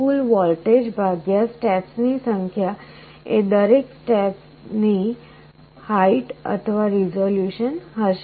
કુલ voltage ભાગ્યા steps ની સંખ્યા એ દરેક સ્ટેપ ની હાઈટ અથવા રિઝોલ્યુશન હશે